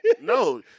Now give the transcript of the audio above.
no